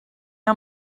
how